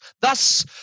Thus